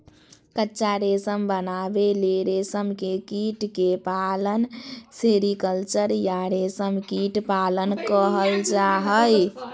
कच्चा रेशम बनावे ले रेशम के कीट के पालन सेरीकल्चर या रेशम कीट पालन कहल जा हई